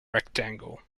rectangle